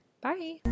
Bye